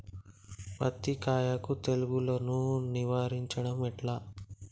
పత్తి కాయకు తెగుళ్లను నివారించడం ఎట్లా?